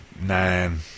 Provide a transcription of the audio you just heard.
nine